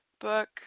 book